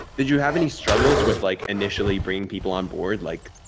did you have any struggles with like initially bring people on board? like,